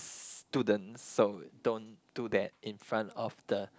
students so don't do that in front of the